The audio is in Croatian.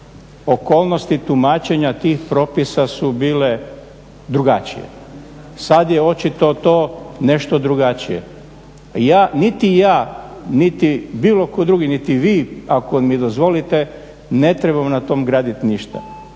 okolnosti tumačenja tih propisa su bile drugačije. Sad je očito to nešto drugačije. Ja, niti ja, niti bilo tko drugi, niti vi ako mi dozvolite ne trebamo na tom gradit ništa.